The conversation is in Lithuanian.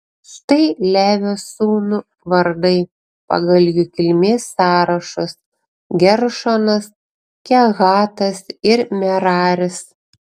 štai levio sūnų vardai pagal jų kilmės sąrašus geršonas kehatas ir meraris